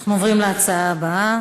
אנחנו עוברים להצעה הבאה